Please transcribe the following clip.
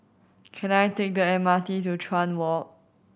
can I take the M R T to Chuan Walk